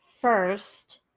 first